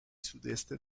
sudeste